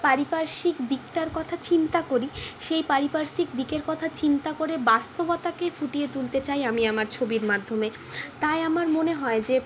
পারিপার্শ্বিক দিকটার কথা চিন্তা করি সেই পারিপার্শ্বিক দিকের কথা চিন্তা করে বাস্তবতাকে ফুটিয়ে তুলতে চাই আমি আমার ছবির মাধ্যমে তাই আমার মনে হয় যে